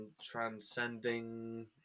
Transcending